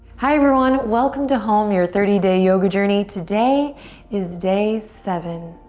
hi, everyone, welcome to home, your thirty day yoga journey. today is day seven,